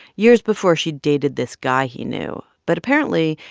years before, she'd dated this guy he knew. but apparently,